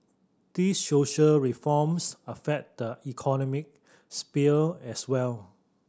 these social reforms affect the economic sphere as well